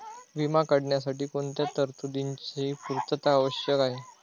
विमा काढण्यासाठी कोणत्या तरतूदींची पूर्णता आवश्यक आहे?